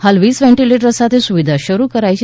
હાલ વીસ વેન્ટીલેટસ સાથે સુવિધા શરૂ કરાઈ છે